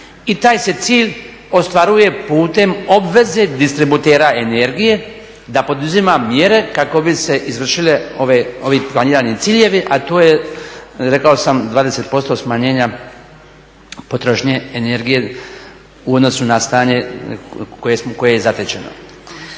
I taj se cilj ostvaruje putem obveze distributera energije da poduzima mjere kako bi se izvršili ovi planirani ciljevi, a to je rekao sam 20% smanjenja potrošnje energije u odnosu na stanje koje je zatečeno.